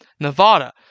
Nevada